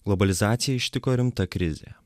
globalizacija ištiko rimta krizė